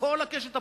מכל הקשת הפוליטית,